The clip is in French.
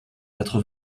quatre